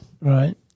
Right